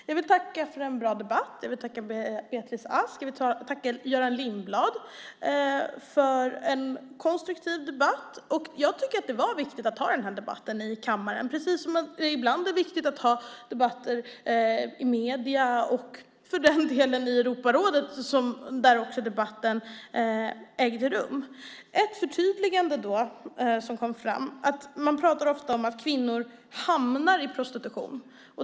Fru talman! Jag vill tacka Beatrice Ask och Göran Lindblad för en konstruktiv och bra debatt. Det var viktigt att ta den här debatten i kammaren precis som det ibland är viktigt att ha debatter i medier och för den delen i Europarådet där också debatten ägde rum. Det kom fram ett förtydligande. Man talar ofta om att kvinnor hamnar i prostitution.